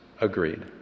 agreed